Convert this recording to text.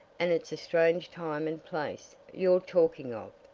and it's a strange time and place you're talking of.